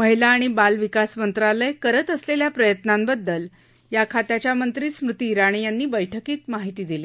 महिला आणि बाल विकास मंत्रालय करत असलल्या प्रयत्नांबद्दल या खात्याच्या मंत्री स्मृती जाणी यांनी बैठकीत माहिती दिली